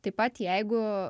taip pat jeigu